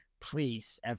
Please